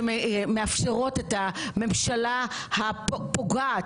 שמאפשרות את הממשלה הפוגעת.